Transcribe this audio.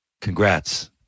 congrats